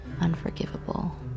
Unforgivable